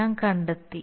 ഞാൻ കണ്ടെത്തി